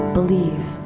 Believe